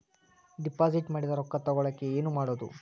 Deposit ಮಾಡಿದ ರೊಕ್ಕ ತಗೋಳಕ್ಕೆ ಏನು ಮಾಡೋದು?